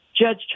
judge